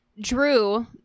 Drew